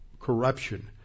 corruption